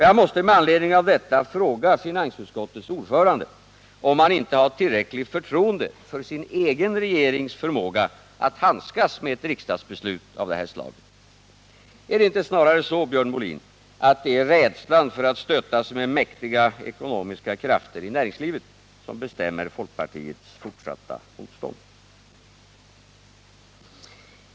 Jag måste med anledning av detta fråga finansutskottets ordförande, om han inte har tillräckligt förtroende för sin egen regerings förmåga att handskas med ett riksdagsbeslut av det här slaget. Är det inte snarare så, Björn Molin, att det är rädslan för att stöta sig med mäktiga ekonomiska krafter i näringslivet som bestämmer folkpartiets fortsatta motstånd?